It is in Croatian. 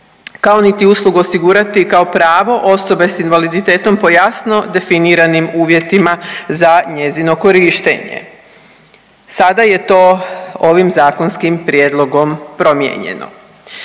kao niti uslugu osigurati kao pravo osobe sa invaliditetom po jasno definiranim uvjetima za njezino korištenje. Sada je to ovim zakonskim prijedlogom promijenjeno.